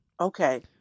Okay